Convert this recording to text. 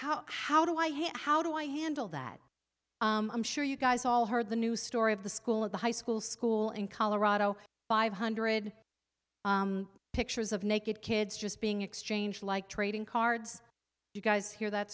how how do i how do i handle that i'm sure you guys all heard the news story of the school of the high school school in colorado five hundred pictures of naked kids just being exchanged like trading cards you guys hear that